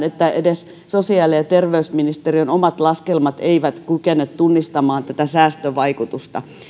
että edes sosiaali ja terveysministeriön omat laskelmat eivät kykene tunnistamaan sen säästövaikutusta